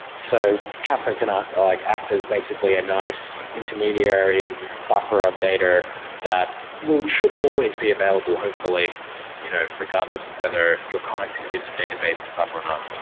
so kafka can ah like act as basically a nice intermediary buffer of data that should always be available hopefully you know regardless of whether your connectivity to the database is up or not.